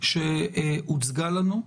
שהוצגה לנו,